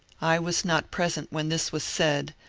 i was not present when this was said,